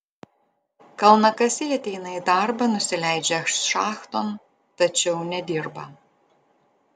kalnakasiai ateina į darbą nusileidžia šachton tačiau nedirba